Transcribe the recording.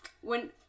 When-